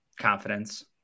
confidence